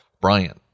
Brian